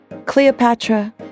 Cleopatra